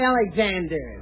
Alexander